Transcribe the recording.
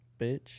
bitch